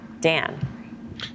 Dan